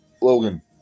Logan